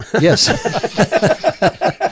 Yes